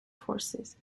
forces